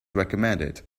recommended